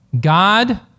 God